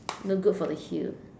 no good for the heels